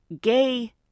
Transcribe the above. gay